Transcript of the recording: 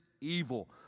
evil